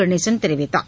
கணேசன் தெரிவித்தார்